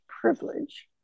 privilege